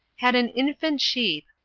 had an infant sheep,